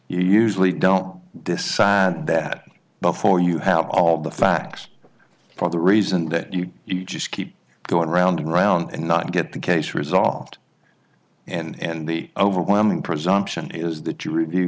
you usually don't decide that before you have all the facts for the reason that you you just keep going round and round and not get the case resolved and the overwhelming presumption is that you review